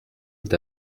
est